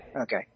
okay